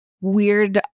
weird